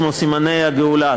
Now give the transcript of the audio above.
כמו סימני הגאולה,